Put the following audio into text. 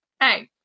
Hey